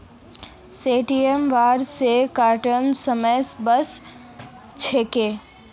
सितंबरत सेबेर कटाईर समय वसा छेक